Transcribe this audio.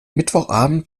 mittwochabend